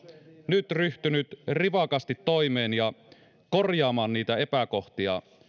nyt ryhtynyt rivakasti toimeen ja korjaamaan niitä epäkohtia